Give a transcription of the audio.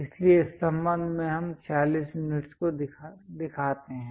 इसलिए इस संबंध में हम 46 यूनिट्स को दिखाते हैं